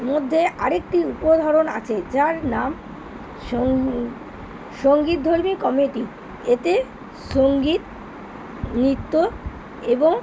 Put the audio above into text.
মধ্যে আরেকটি উপধরন আছে যার নাম সঙ্গীতধর্মী কমেডি এতে সঙ্গীত নৃত্য এবং